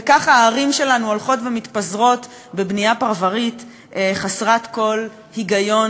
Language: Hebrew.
וככה הערים שלנו הולכות ומתפזרות בבנייה פרברית חסרת כל היגיון,